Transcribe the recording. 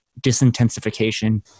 disintensification